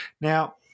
Now